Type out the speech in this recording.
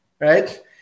right